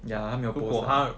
如果他